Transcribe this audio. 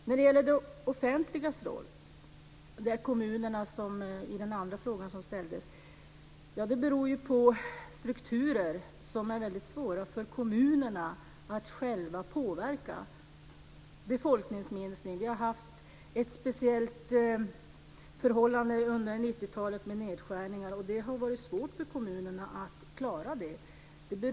När det gäller den andra frågan som ställdes om det offentligas roll i kommunerna är svaret att det beror på strukturer, t.ex. befolkningsminskning, som är väldigt svåra för kommunerna att själva påverka. Vi har haft ett speciellt förhållande under 90-talet med nedskärningarna, och det har varit svårt för kommunerna att klara detta.